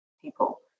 people